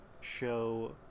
show